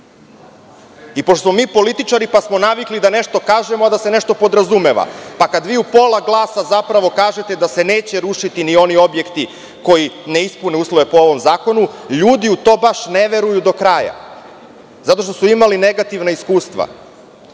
Pošto smo mi političari, pa smo navikli da nešto kažemo a da se nešto podrazumeva, pa kada vi u pola glasa zapravo kažete da se neće rušiti ni oni objekti koji ne ispune uslove po ovom zakonu, ljudi u to baš ne veruju do kraja zato što su imali negativna iskustva,